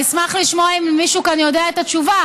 אני אשמח לשמוע אם מישהו כאן יודע את התשובה.